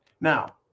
Now